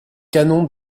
canon